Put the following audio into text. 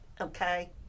Okay